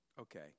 Okay